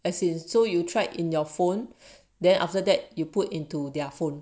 as in so you tried in your phone then after that you put into their phone